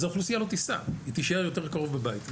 אז האוכלוסייה לא תיסע, היא תישאר יותר קרוב לבית.